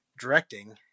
directing